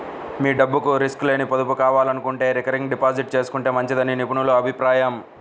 మీ డబ్బుకు రిస్క్ లేని పొదుపు కావాలనుకుంటే రికరింగ్ డిపాజిట్ చేసుకుంటే మంచిదని నిపుణుల అభిప్రాయం